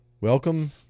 Welcome